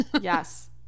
Yes